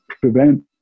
prevent